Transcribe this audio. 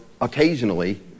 occasionally